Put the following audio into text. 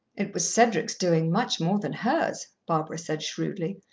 it was cedric's doing much more than hers, barbara said shrewdly.